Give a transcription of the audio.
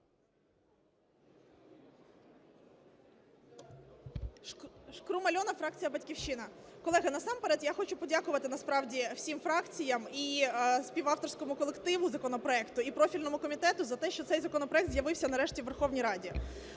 Шкрум Альона, фракція "Батьківщина". Колеги, насамперед я хочу подякувати насправді всім фракціям і співавторському колективу законопроекту і профільному комітету за те, що цей законопроект з'явився нарешті у Верховній Раді.